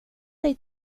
dig